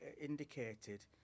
indicated